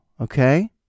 Okay